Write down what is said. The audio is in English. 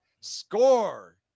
Score